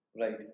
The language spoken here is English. Right